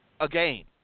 again